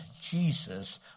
Jesus